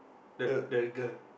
that that girl